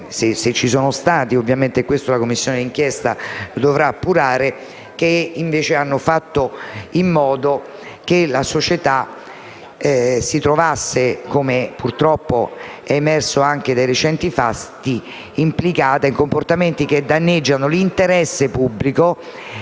(se ci sono stati, ovviamente e questo la Commissione di inchiesta dovrà appurarlo), che invece hanno fatto in modo che la società si trovasse - come purtroppo è emerso anche dai recenti fatti - implicata in comportamenti che danneggiano l'interesse pubblico,